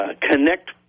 connect